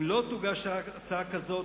אם לא תוגש הצעה כזו,